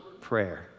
prayer